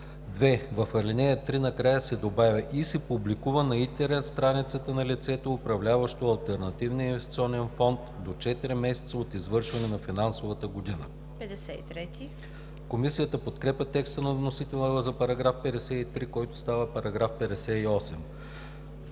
2. В ал. 3 накрая се добавя „и се публикува на интернет страницата на лицето, управляващо алтернативния инвестиционен фонд, до 4 месеца от завършването на финансовата година“.“ Комисията подкрепя текста на вносителя за § 53, който става § 58.